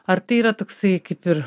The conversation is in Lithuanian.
ar tai yra toksai kaip ir